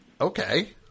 Okay